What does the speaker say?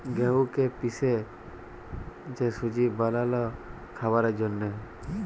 গেঁহুকে পিসে যে সুজি বালাল খাবারের জ্যনহে